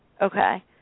Okay